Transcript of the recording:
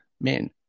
men